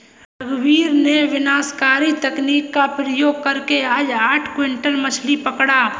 रघुवीर ने विनाशकारी तकनीक का प्रयोग करके आज आठ क्विंटल मछ्ली पकड़ा